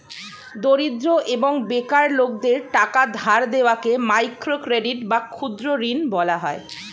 দরিদ্র এবং বেকার লোকদের টাকা ধার দেওয়াকে মাইক্রো ক্রেডিট বা ক্ষুদ্র ঋণ বলা হয়